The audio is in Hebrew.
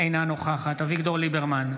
אינה נוכחת אביגדור ליברמן,